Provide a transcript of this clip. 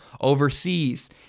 overseas